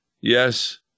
yes